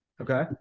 Okay